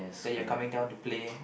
that you're coming down to play